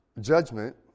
judgment